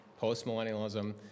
postmillennialism